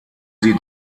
sie